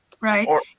Right